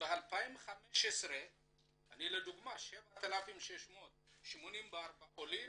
לדוגמה ב-2015, 7,684 עולים